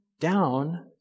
down